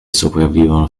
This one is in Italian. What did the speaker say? sopravvivono